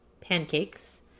pancakes